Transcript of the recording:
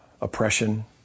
Oppression